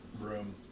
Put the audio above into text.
room